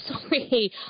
sorry